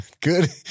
Good